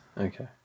Okay